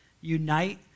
Unite